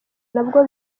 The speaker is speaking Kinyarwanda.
nabwo